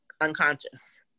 unconscious